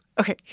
Okay